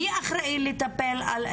מי אחראי לטפל.